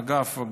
אגב,